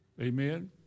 Amen